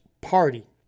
Party